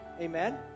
Amen